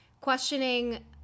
questioning